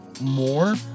more